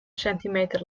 centimeter